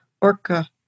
Orca